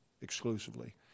exclusively